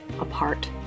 apart